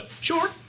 Sure